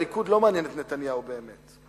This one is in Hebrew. הליכוד לא מעניין את נתניהו באמת.